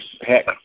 heck